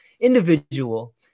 individual